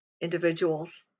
individuals